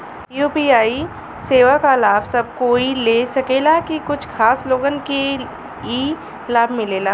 UPI सेवा क लाभ सब कोई ले सकेला की कुछ खास लोगन के ई लाभ मिलेला?